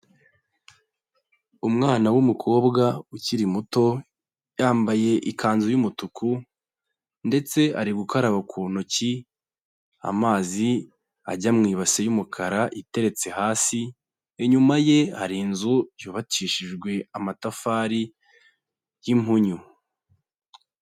Umwana w'umukobwa ukiri muto, yambaye ikanzu y'umutuku ndetse ari gukaraba ku ntoki amazi ajya mu ibasi y'umukara iteretse hasi, inyuma ye hari inzu yubakishijwe amatafari y'impunyu.